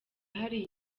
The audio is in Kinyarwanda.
hariya